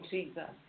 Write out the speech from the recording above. Jesus